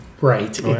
Right